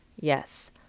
Yes